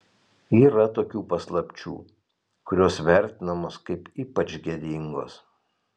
yra tokių paslapčių kurios vertinamos kaip ypač gėdingos